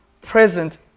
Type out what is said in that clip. present